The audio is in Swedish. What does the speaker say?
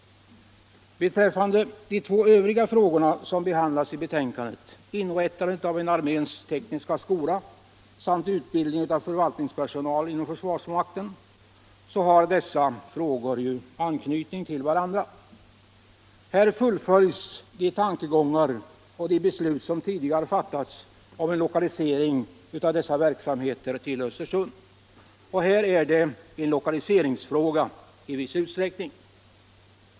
De två övriga frågor som behandlas i betänkandet — inrättandet av en arméns tekniska skola samt utbildning av förvaltningspersonal inom försvarsmakten — har anknytning till varandra. Här fullföljs de tankegångar man haft och de beslut som tidigare fattats om en lokalisering av dessa verksamheter till Östersund. Och här är det en lokaliseringsfråga i viss utsträckning.